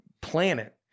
planet